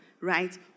right